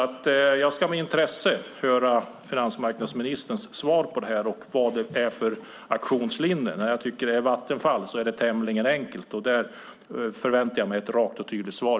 Jag ska därför med intresse höra finansmarknadsministerns svar på det här och vad det finns för aktionslinje. När det gäller Vattenfall tycker jag att det är tämligen enkelt, och där förväntar jag mig ett rakt och tydligt svar.